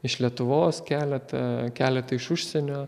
iš lietuvos keletą keletą iš užsienio